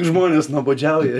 žmonės nuobodžiauja